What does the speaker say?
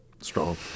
strong